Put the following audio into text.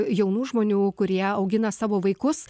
jaunų žmonių kurie augina savo vaikus